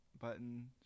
button